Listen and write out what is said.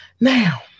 Now